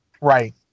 Right